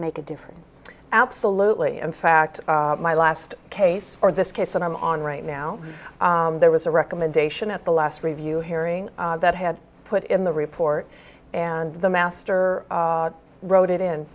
make a difference absolutely in fact my last case for this case and i'm on right now there was a recommendation at the last review hearing that had put in the report and the master wrote it in